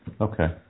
Okay